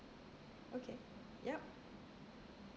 okay yup